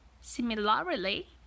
Similarly